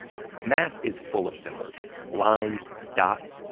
math is full of symbols. lines, dots,